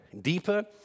deeper